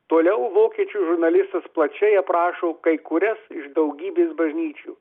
toliau vokiečių žurnalistas plačiai aprašo kai kurias iš daugybės bažnyčių